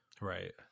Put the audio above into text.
Right